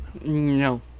no